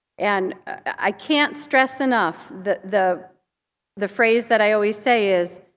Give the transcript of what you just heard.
and i can't stress enough, the the the phrase that i always say is,